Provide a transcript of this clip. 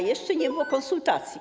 A jeszcze nie było konsultacji.